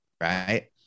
Right